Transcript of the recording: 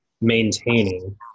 maintaining